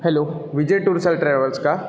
hello Vijay tours travels का